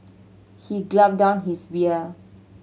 he gulped down his beer